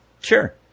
Sure